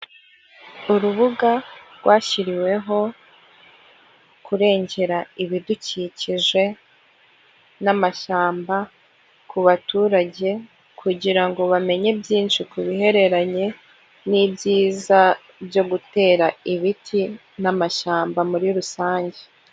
Urubuga rwashyiriweho kurengera ibidukikije n'amashyamba ku baturage kugira ngo bamenye byinshi kubihereranye n'ibyiza byo gutera ibiti n'amashyamba muri rusange.